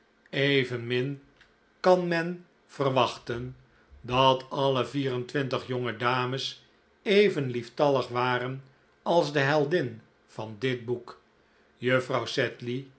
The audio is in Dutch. evenmin kan men verwachten dat alle vier-en-twintig jonge dames even lieftallig waren als de heldin van dit boek juffrouw sedley